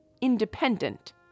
Independent